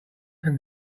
can